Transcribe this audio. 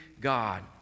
God